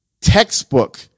textbook